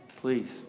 please